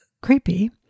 creepy